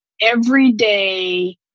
everyday